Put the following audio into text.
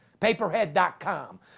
Paperhead.com